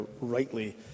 rightly